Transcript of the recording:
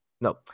no